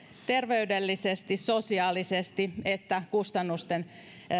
terveydellisesti sosiaalisesti että kustannusten